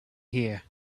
here